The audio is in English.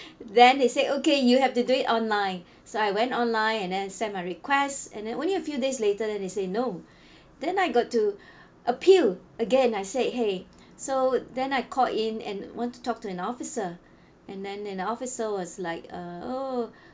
then they say okay you have to do it online so I went online and then send my request and then only a few days later then they say no then I got to appeal again I say !hey! so then I called in and want to talk to an officer and then an officer was like uh oh